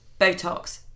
Botox